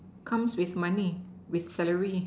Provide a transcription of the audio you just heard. comes with money with salary